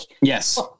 Yes